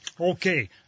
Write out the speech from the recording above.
Okay